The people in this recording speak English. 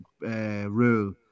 rule